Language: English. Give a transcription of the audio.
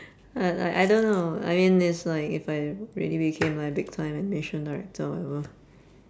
I I I don't know I mean it's like if I really became like big time animation director whatever